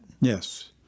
yes